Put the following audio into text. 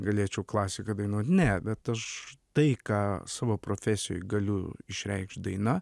galėčiau klasiką dainuot ne bet aš tai ką savo profesijoj galiu išreikšt daina